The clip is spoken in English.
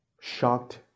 shocked